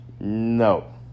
No